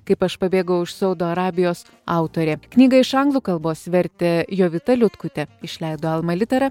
kaip aš pabėgau iš saudo arabijos autorė knygą iš anglų kalbos vertė jovita liutkutė išleido alma litera